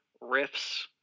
riffs